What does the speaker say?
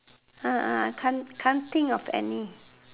can't can't think of any